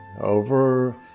over